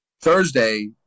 Thursday